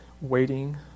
waiting